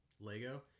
Lego